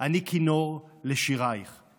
אני כינור לשירייך,